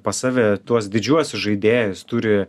pas save tuos didžiuosius žaidėjus turi